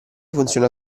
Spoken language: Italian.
funziona